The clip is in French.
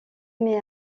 mit